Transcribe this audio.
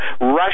Russia